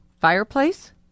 fireplace